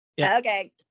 okay